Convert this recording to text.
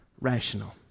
rational